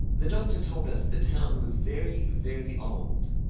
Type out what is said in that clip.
the doctor told us the town was very, very old.